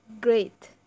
great